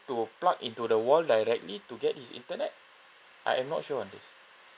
to plug into the wall directly to get his internet I'm not sure on this